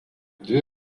dvi